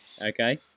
Okay